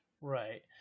Right